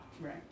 Right